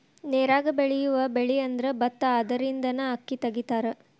ನೇರಾಗ ಬೆಳಿಯುವ ಬೆಳಿಅಂದ್ರ ಬತ್ತಾ ಅದರಿಂದನ ಅಕ್ಕಿ ತಗಿತಾರ